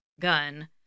gun